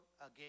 again